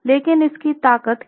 लेकिन इसकी ताकत का क्या